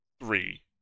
three